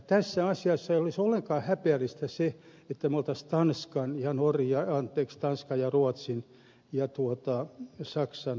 tässä asiassa ei olisi ollenkaan häpeällistä se että me olisimme tanskan ja ruotsin ja saksan seurassa emmekä missään toisessa